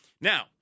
Now